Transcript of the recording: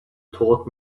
taught